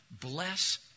bless